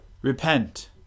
Repent